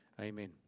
Amen